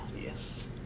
yes